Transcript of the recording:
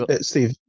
Steve